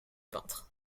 peintre